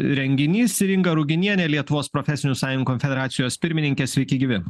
renginys ir inga ruginienė lietuvos profesinių sąjungų konfederacijos pirmininkė sveiki gyvi